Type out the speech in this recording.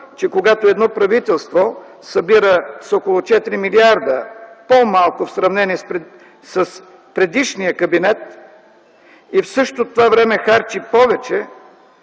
- когато едно правителство събира с около 4 милиарда по-малко в сравнение с предишния кабинет и в същото това време харчи повече,